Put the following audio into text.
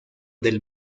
del